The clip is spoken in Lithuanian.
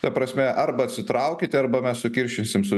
ta prasme arba atsitraukite arba mes sukiršinsim su